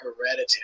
hereditary